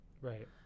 right